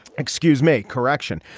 excuse me. correction.